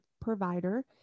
provider